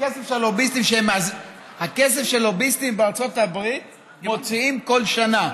הכסף שלוביסטים בארצות הברית מוציאים כל שנה,